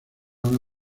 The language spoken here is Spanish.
una